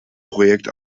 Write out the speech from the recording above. projekt